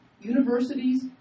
universities